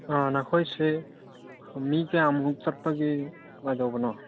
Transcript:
ꯅꯈꯣꯏꯁꯦ ꯃꯤ ꯀꯌꯥꯃꯨꯛ ꯆꯠꯄꯒꯤ ꯀꯃꯥꯏ ꯇꯧꯕꯅꯣ